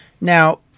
Now